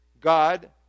God